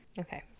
Okay